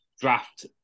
draft